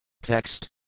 Text